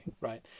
right